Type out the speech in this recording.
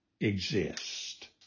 exist